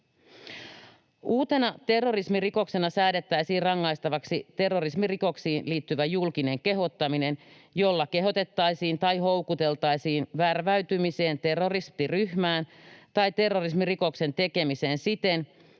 Uutena terrorismirikoksena säädettäisiin rangaistavaksi terrorismirikoksiin liittyvä julkinen kehottaminen, jolla kehotettaisiin tai houkuteltaisiin värväytymiseen terroristiryhmään tai terrorismirikoksen tekemiseen siten,